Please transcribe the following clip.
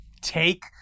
take